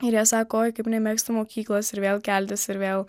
ir jie sako oi kaip nemėgstu mokyklos ir vėl keltis ir vėl